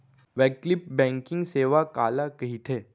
वैकल्पिक बैंकिंग सेवा काला कहिथे?